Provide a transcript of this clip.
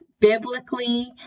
biblically